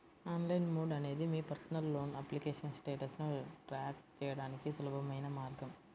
online mode అనేది మీ personal loan application స్టేటస్ను ట్రాక్ చేయడానికి సులభమైన మార్గం